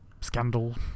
scandal